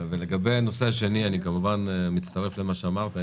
לגבי הנושא השני אני כמובן מצטרף למה שאמרת.